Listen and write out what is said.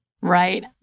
Right